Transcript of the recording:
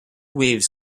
waves